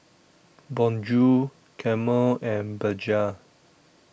Bonjour Camel and Bajaj